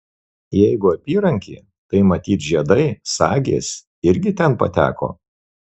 jeigu apyrankė tai matyt žiedai sagės irgi ten pateko